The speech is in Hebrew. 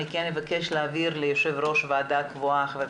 אני אבקש להעביר ליו"ר הוועדה הקבוע ח"כ